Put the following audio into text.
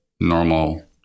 normal